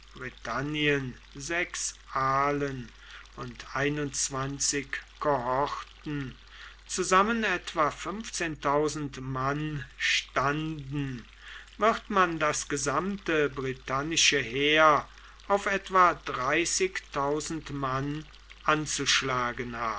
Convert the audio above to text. britannien sechs alen und kohorten zusammen etwa mann standen wird man das gesamte britannische heer auf etwa mann anzuschlagen